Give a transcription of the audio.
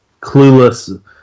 Clueless